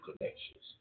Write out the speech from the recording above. connections